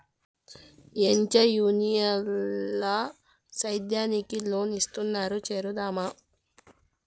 ఏంచా యూనియన్ ల సేద్యానికి లోన్ ఇస్తున్నారు చేరుదామా